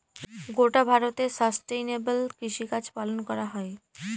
গোটা ভারতে সাস্টেইনেবল কৃষিকাজ পালন করা হয়